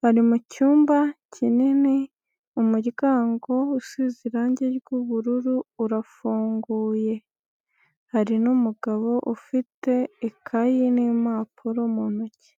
bari mu cyumba kinini umuryango usize irange ry'ubururu urafunguye, hari n'umugabo ufite ikaye n'impapuro mu ntoki.